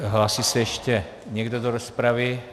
Hlásí se ještě někdo do rozpravy?